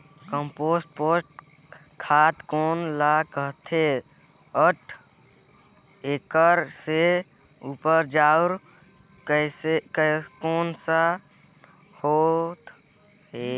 Compost खाद कौन ल कहिथे अउ एखर से उपजाऊ कैसन होत हे?